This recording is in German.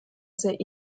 sehr